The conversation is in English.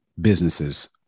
businesses